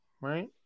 right